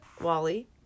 Wally